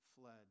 fled